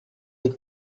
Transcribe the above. des